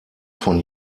von